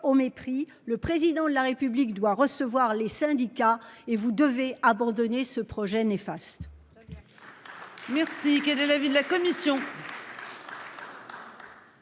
au mépris. Le président de la République doit recevoir les syndicats et vous devez abandonner ce projet n'efface.